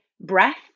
breath